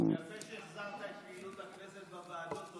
יפה שהחזרת את פעילות הכנסת בוועדות.